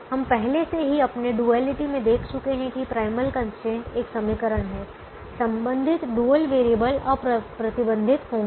हम पहले से ही अपने डुअलिटी में देख चुके हैं कि प्राइमल कंस्ट्रेंट एक समीकरण है संबंधित डुअल वेरिएबल अप्रतिबंधित होंगे